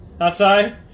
outside